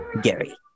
Gary